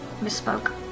Misspoke